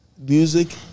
Music